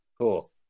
Cool